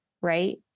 right